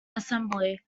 assembly